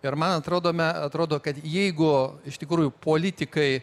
ir man atrodome atrodo kad jeigu iš tikrųjų politikai